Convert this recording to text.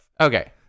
Okay